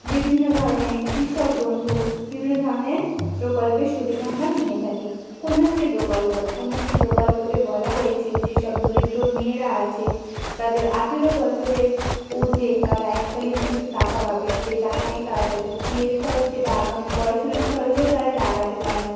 বিভিন্ন ধরনের কৃষক বন্ধু বিভিন্ন ধরনের প্রকল্পের সুবিধা আমরা নিয়ে থাকি কন্যাশ্রী প্রকল্প কন্যাশ্রী প্রকল্পতে বলা হয়েছে যেসব দরিদ্র মেয়েরা আছে তাদের আঠেরো বছরের ঊর্দ্ধে তারা এককালীন কিছু টাকা পাবে যে টাকাটি তারা তাদের বিয়ের খরচে বা আগামী পড়াশুনোর খরচেও তারা লাগাতে পারে